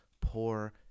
poor